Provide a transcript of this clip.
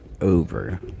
Over